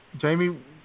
Jamie